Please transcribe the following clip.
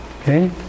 okay